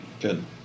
Good